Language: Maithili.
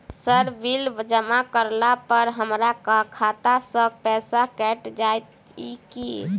सर बिल जमा करला पर हमरा खाता सऽ पैसा कैट जाइत ई की?